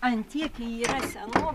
ant tiek ji yra seno